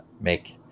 make